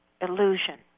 illusion